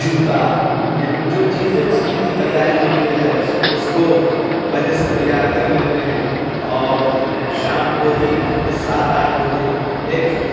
جوتا یعنی جو چیزیں اُس کی تیاری ہوتی ہے اُس کو پہلے سے تیار کر لیتے ہیں اور شام کو ہی سات آٹھ بجے ایک